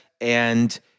and-